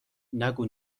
نگو